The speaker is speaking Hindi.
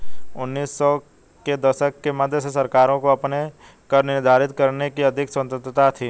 उन्नीस सौ के दशक के मध्य से सरकारों को अपने कर निर्धारित करने की अधिक स्वतंत्रता थी